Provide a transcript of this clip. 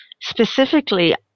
specifically